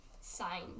sign